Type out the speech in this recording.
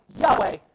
Yahweh